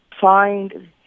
find